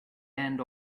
end